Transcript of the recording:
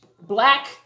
black